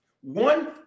One